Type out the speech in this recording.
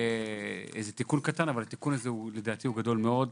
אבל לדעתי התיקון הזה הוא גדול מאוד.